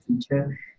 teacher